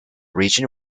region